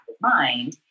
mind